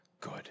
good